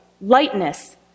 lightness